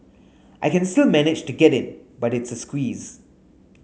I can still manage to get in but it's a squeeze